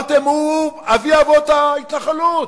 על ראש ממשלה, על פצ"ר,